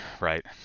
right